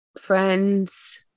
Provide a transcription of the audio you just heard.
friends